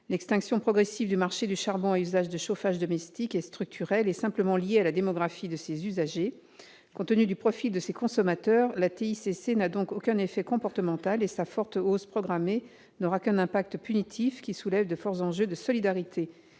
L'extinction progressive du marché du charbon à usage de chauffage domestique est structurelle et simplement liée à la démographie de ses usagers. Compte tenu du profil de ces consommateurs, la TICC n'a donc aucun effet comportemental et sa forte hausse programmée n'aura qu'un impact punitif qui soulève de forts enjeux de solidarité.